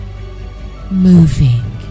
moving